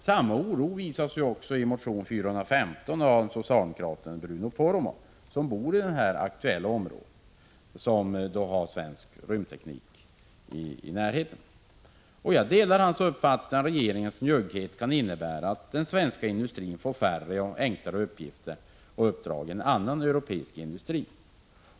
Samma oro visas i motion 415 av socialdemokraten Bruno Poromaa, som bor i det aktuella området med svensk rymdteknik i närheten. Jag delar hans uppfattning att regeringens njugghet kan innebära att svensk industri får färre och enklare uppdrag än annan europeisk industri.